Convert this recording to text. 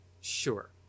sure